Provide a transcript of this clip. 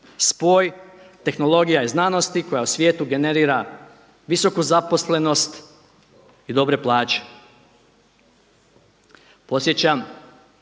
spoj tehnologija i znanosti koja u svijetu generira visoku zaposlenost i dobre plaće. Podsjećam